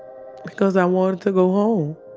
because i wanted to go home.